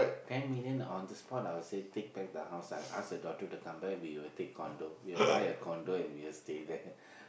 ten million on the spot I would say take back the house ah I ask my daughter to come back we will take condo we will buy a condo and we will stay there